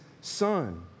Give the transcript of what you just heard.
son